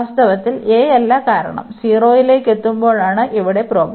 വാസ്തവത്തിൽ a അല്ല കാരണം 0ലേക്ക് എത്തുമ്പോഴാണ് ഇവിടെ പ്രോബ്ലം